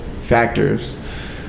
factors